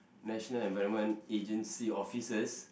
National-Environment-Agency officers